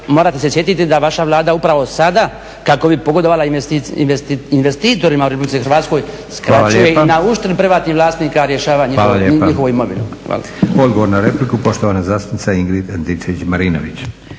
morate se sjetiti da vaša Vlada upravo sada kako bi pogodovala investitorima u RH skraćuje i na … privatnih vlasnika rješava njihovu imovinu.